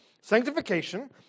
Sanctification